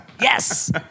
Yes